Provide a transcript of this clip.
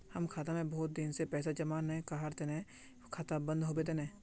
हम खाता में बहुत दिन से पैसा जमा नय कहार तने खाता बंद होबे केने?